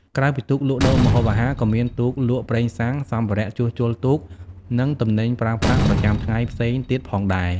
ក្រៅពីទូកលក់ដូរម្ហូបអាហារ ក៏មានទូកលក់ប្រេងសាំង សម្ភារៈជួសជុលទូក និងទំនិញប្រើប្រាស់ប្រចាំថ្ងៃផ្សេងទៀតផងដែរ។